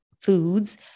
foods